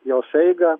jos eigą